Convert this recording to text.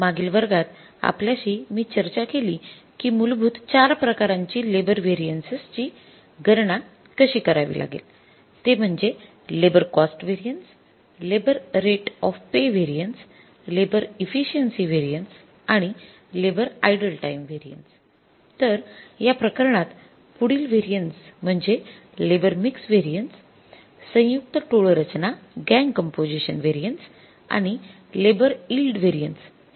मागील वर्गात आपल्याशी मी चर्चा केली की मूलभूत चार प्रकारांची लेबर व्हेरिएन्सेस गणना कशी करावी लागेल ते म्हणजे labour cost variances labour rate of pay variances labour efficiency variances labour idle time variances तर या प्रकारात पुढील व्हेरिएन्सेस म्हणजे लेबर मिक्स व्हेरिएन्सेस संयुक्त टोळ रचना व्हेरिएन्सेस आणि लेबर यिल्ड व्हेरिएन्सेस हे आहेत